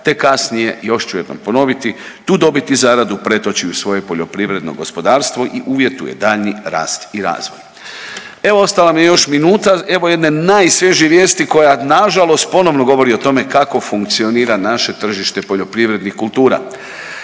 te kasnije, još ću jednom ponoviti, tu dobit i zaradu pretoči u svoje poljoprivredno gospodarstvo i uvjetuje daljnji rast i razvoj. Evo ostala mi je još minuta. Evo jedne najsvježije vijesti koja na žalost ponovno govori o tome kako funkcionira naše tržište poljoprivrednih kultura.